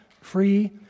free